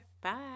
Bye